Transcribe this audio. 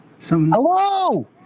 Hello